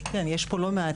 כן, יש פה לא מעט.